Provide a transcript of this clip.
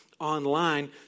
online